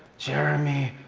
jeremy,